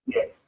Yes